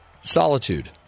solitude